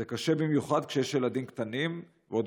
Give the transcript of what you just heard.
זה קשה במיוחד כשיש ילדים קטנים ועוד